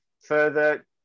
further